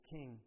King